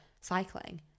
cycling